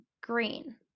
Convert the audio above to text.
green